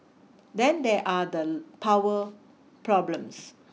then there are the power problems